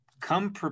come